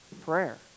prayer